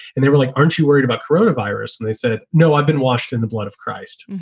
and there really aren't you worried about corona virus? and they said, no, i've been washed in the blood of christ.